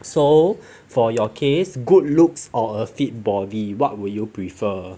so for your case good looks or a fit bobby what will you prefer